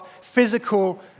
physical